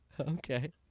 Okay